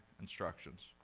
instructions